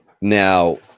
Now